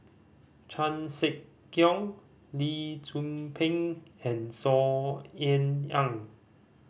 Chan Sek Keong Lee Tzu Pheng and Saw Ean Ang